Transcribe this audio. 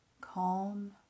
Calm